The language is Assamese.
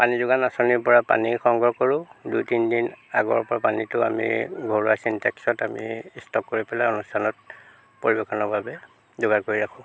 পানী যোগান আঁচনিৰ পৰা পানী সংগ্ৰহ কৰোঁ দুই তিনি দিন আগৰ পৰা পানীটো আমি ঘৰুৱা চিনটেক্সত আমি ষ্টক কৰি পেলাই অনুষ্ঠানত পৰিৱেশনৰ বাবে যোগাৰ কৰি ৰাখোঁ